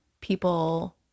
people